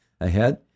ahead